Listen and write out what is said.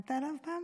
שמעת עליו פעם?